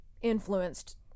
influenced